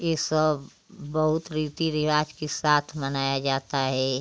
यह सब बहुत रीति रिवाज के साथ मनाया जाता है